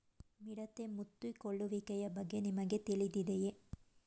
ಮಿಡತೆ ಮುತ್ತಿಕೊಳ್ಳುವಿಕೆಯ ಬಗ್ಗೆ ನಿಮಗೆ ತಿಳಿದಿದೆಯೇ?